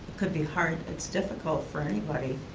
could be hard, its difficult for anybody,